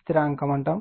స్థిరాంకం అంటారు